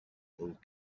old